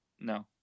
No